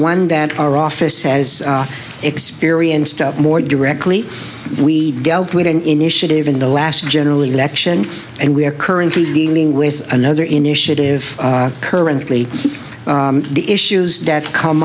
one that our office has experienced more directly we dealt with an initiative in the last general election and we are currently dealing with another initiative currently the issues that come